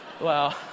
Wow